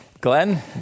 Glenn